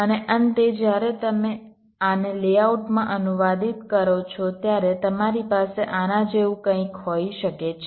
અને અંતે જ્યારે તમે આને લેઆઉટમાં અનુવાદિત કરો છો ત્યારે તમારી પાસે આના જેવું કંઈક હોઈ શકે છે